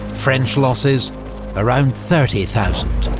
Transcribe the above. french losses around thirty thousand,